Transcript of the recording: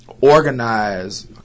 organize